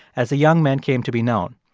as the young men came to be known.